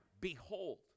behold